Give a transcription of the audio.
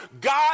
God